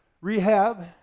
rehab